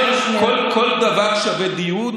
כל דבר שווה דיון.